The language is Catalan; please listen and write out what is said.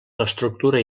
l’estructura